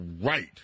right